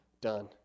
done